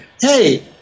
hey